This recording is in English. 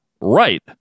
right